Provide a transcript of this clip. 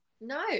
No